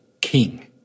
king